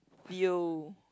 Leo